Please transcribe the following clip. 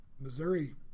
Missouri